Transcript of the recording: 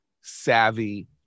savvy